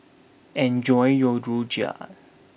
enjoy your Rojak